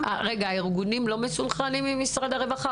הארגונים לא מסונכרנים עם משרד הרווחה?